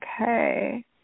Okay